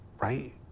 right